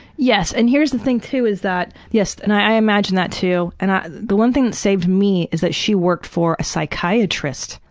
yes, and here's the thing too is that yes and i imagine that too. and the one thing that saved me is that she worked for a psychiatrist,